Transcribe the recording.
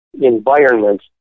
environment